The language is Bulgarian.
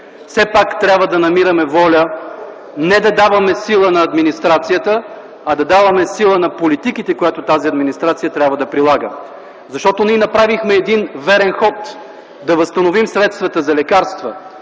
все пак трябва да намираме воля не да даваме сила на администрацията, а да даваме сила на политиките, които тази администрация трябва да прилага. Защото ние направихме един верен ход – да възстановим средствата за лекарства